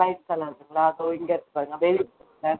light கலருங்களா இதோ இங்கே இருக்குது பாருங்கள்